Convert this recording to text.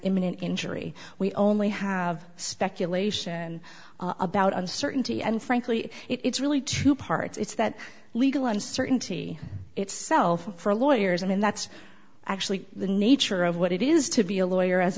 imminent injury we only have speculation about uncertainty and frankly it's really two parts it's that legal uncertainty itself for lawyers and that's actually the nature of what it is to be a lawyer as